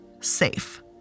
safe